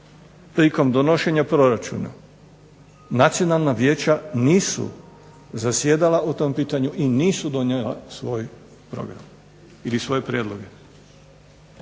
prilikom donošenja proračuna nacionalna vijeća nisu zasjedala o tom pitanju i nisu donijela svoj program ili svoje prijedloge.